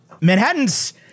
Manhattan's